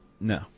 No